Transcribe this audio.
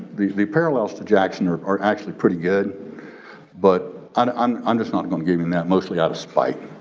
the the parallels to jackson are are actually pretty good but i'm um just not gonna give him that mostly out of spite.